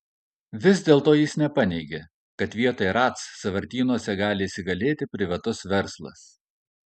vis dėlto jis nepaneigė kad vietoj ratc sąvartynuose gali įsigalėti privatus verslas